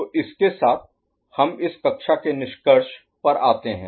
तो इसके साथ हम इस कक्षा के निष्कर्ष पर आते हैं